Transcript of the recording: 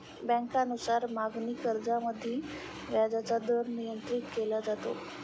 बँकांनुसार मागणी कर्जामधील व्याजाचा दर नियंत्रित केला जातो